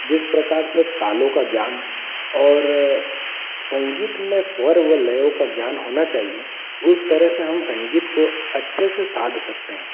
जिस प्रकार से तालों का ज्ञान और संगीत में स्वर व लयों का ज्ञान होना चाहिए उस तरह से हम संगीत को अच्छे से साध सकते हैं